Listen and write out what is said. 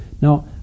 Now